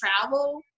travel